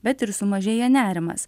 bet ir sumažėja nerimas